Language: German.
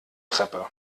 treppe